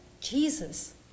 Jesus